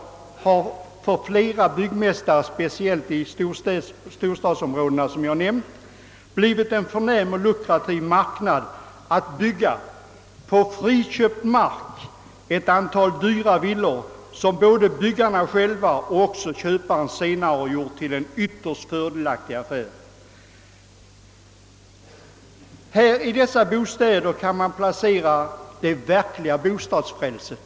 För flera byggmästare, speciellt i storstadsområdena, har det blivit lukrativt att på friköpt mark bygga ett antal dyra villor, som både för byggarna själva och senare för köparna blir en yvytterst fördelaktig affär. I dessa bostäder finner man det verkliga »bostadsfrälset».